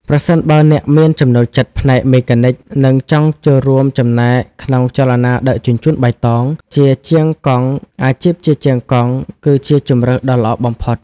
ប្រសិនបើអ្នកមានចំណូលចិត្តផ្នែកមេកានិក និងចង់ចូលរួមចំណែកក្នុងចលនាដឹកជញ្ជូនបៃតង អាជីពជាជាងកង់គឺជាជម្រើសដ៏ល្អបំផុត។